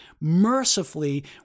mercifully